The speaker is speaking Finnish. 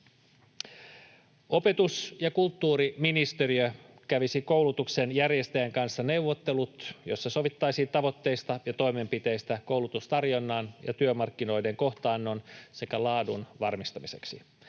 Opetus- ja kulttuuriministeriö kävisi koulutuksen järjestäjän kanssa neuvottelut, joissa sovittaisiin tavoitteista ja toimenpiteistä koulutustarjonnan ja työmarkkinoiden kohtaannon sekä laadun varmistamiseksi.